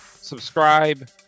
subscribe